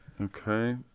Okay